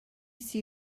see